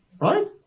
Right